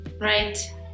Right